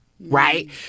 Right